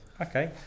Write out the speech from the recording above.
Okay